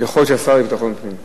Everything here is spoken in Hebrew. יכול להיות שהשר לביטחון פנים.